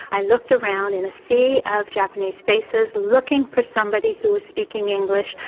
i looked around in a sea of japanese faces looking for somebody who was speaking english.